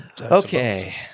Okay